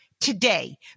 today